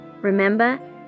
Remember